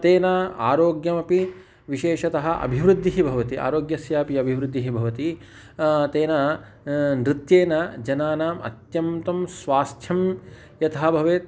तेन आरोग्यमपि विशेषतः अभिवृद्धिः भवति आरोग्यस्यापि अभिवृद्धिः भवति तेन नृत्येन जनानाम् अत्यन्तं स्वास्थ्यं यथा भवेत्